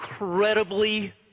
incredibly